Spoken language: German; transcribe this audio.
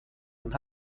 dann